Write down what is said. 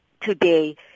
today